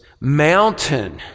mountain